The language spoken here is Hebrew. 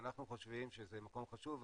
ואנחנו חושבים שזה מקום חשוב.